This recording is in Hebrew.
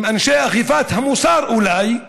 הם אנשי אכיפת המוסר, אולי,